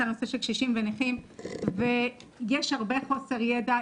על נושא של קשישים ונכים ויש הרבה חוסר ידע,